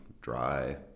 dry